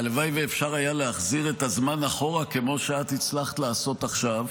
הלוואי שהיה אפשר להחזיר את הזמן אחורה כמו שאת הצלחת לעשות עכשיו.